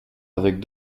avec